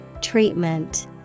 Treatment